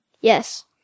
Yes